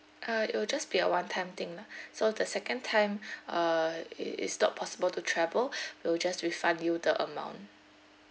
uh it will just be a one time thing lah so the second time uh it is not possible to travel we'll just refund you the amount